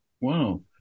Wow